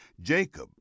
Jacob